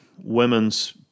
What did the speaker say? women's